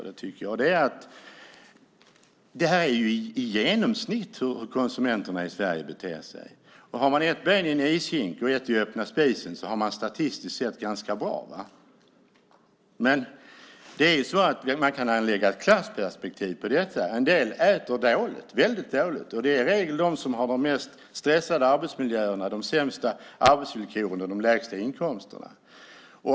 Det är ett genomsnitt för hur konsumenterna i Sverige beter sig. Har man ett ben i en ishink och ett i öppna spisen har man det statistiskt sett ganska bra. Man kan anlägga ett klassperspektiv på detta. En del äter väldigt dåligt. Det är i regel de som har de stressade arbetsmiljöerna, de sämsta arbetsvillkoren och de lägsta inkomsterna.